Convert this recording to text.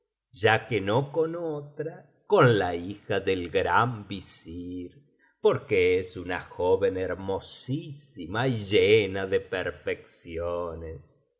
ya que no con otra eon la hija del gran visir porque es una joven hermosísima y llena de perfecciones